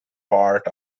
part